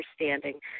understanding